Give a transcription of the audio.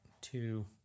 two